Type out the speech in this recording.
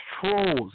trolls